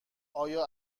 آیا